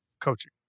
coaching